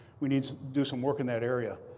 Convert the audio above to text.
we need to do some work in that area.